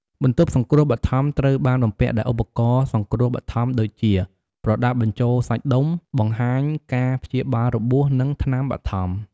បន្ទប់សង្រ្គោះបឋមត្រូវបានបំពាក់ដោយឧបករណ៍សង្រ្គោះបឋមដូចជា ប្រដាប់បញ្ចូលសាច់ដុំ បង្ហាញការព្យាបាលរបួស និងថ្នាំបឋម។